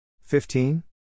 Fifteen